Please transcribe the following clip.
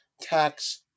tax